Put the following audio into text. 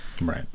Right